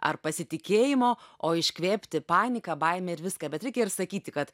ar pasitikėjimo o iškvėpti paniką baimę ir viską bet reikia ir sakyti kad